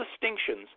distinctions